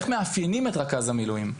איך מאפיינים את רכז המילואים.